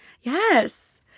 Yes